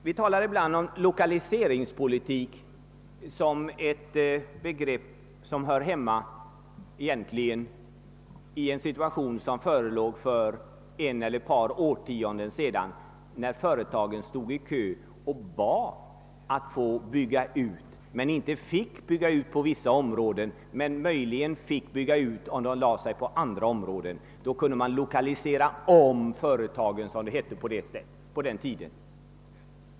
Vi talar ibland om lokaliseringspolitiken som någonting som egentligen hör hemma i en sådan situation som förelåg för ett eller ett par årtionden sedan, när företagen stod i kö för att få bygga ut. Då kunde man »lokalisera om» företag, som det hette på den tiden.